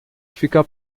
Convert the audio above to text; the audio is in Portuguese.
fica